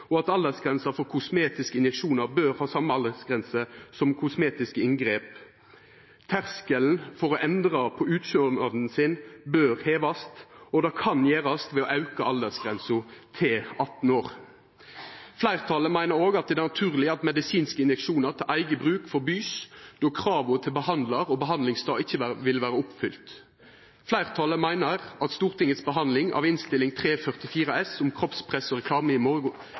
og at aldersgrensa for kosmetiske injeksjonar bør vera den same som for kosmetiske inngrep. Terskelen for å endra på utsjånaden sin bør hevast, og det kan gjerast ved å auka aldersgrensa til 18 år. Fleirtalet meiner òg det er naturleg at medisinske injeksjonar til eige bruk vert forbode, då krava til behandlar og behandlingsstad ikkje vil vera oppfylte. Fleirtalet meiner at Stortingets behandling av Innst. 344 S om kroppspress og reklame i morgon,